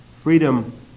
freedom